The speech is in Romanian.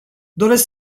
doresc